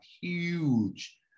huge